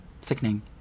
sickening